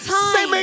time